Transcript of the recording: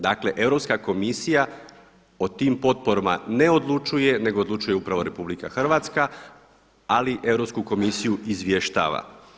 Dakle Europska komisija o tim potporama ne odlučuje nego odlučuje upravo RH, ali Europsku komisiju izvještava.